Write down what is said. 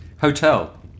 Hotel